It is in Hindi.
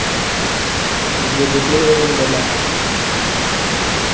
जी दो तीन गो रूम लेना है